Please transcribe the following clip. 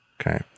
Okay